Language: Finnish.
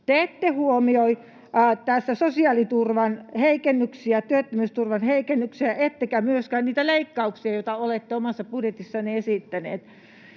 Te ette huomioi tässä sosiaaliturvan heikennyksiä, työttömyysturvan heikennyksiä ettekä myöskään niitä leikkauksia, joita olette omassa budjetissanne esittäneet.